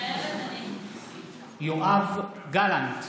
מתחייבת אני יואב גלנט,